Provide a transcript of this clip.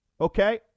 okay